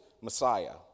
Messiah